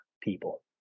people